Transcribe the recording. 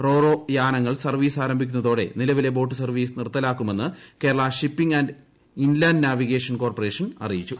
raw ro യാനങ്ങൾ service ആരംഭിക്കുന്നതോടെ നിലവിലെ ബോട്ട് സർവ്വീസ് നിർത്തലാക്കുമെന്ന് Kerala shipping and inland navigation corporation അറിയിച്ചു